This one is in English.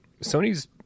Sony's